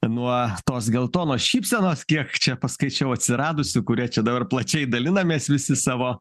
nuo tos geltonos šypsenos kiek čia paskaičiau atsiradusi kuria čia dabar plačiai dalinamės visi savo